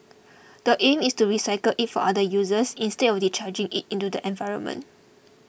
the aim is to recycle it for other uses instead of discharging it into the environment